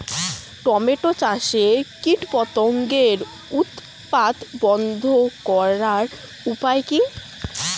Tomato চাষে কীটপতঙ্গের উৎপাত রোধ করার উপায় কী?